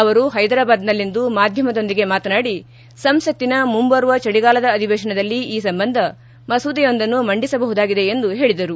ಅವರು ಹೈದರಾಬಾದ್ನಲ್ಲಿಂದು ಮಾಧ್ಯಮದೊಂದಿಗೆ ಮಾತನಾಡಿ ಸಂಸತ್ತಿನ ಮುಂಬರುವ ಚಳಿಗಾಲದ ಅಧಿವೇಶನದಲ್ಲಿ ಈ ಸಂಬಂಧ ಮಸೂದೆಯೊಂದನ್ನು ಮಂಡಿಸಬಹುದಾಗಿದೆ ಎಂದು ಹೇಳಿದರು